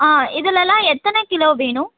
ஆ இதுலெலாம் எத்தனை கிலோ வேணும்